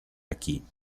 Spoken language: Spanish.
aquí